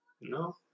No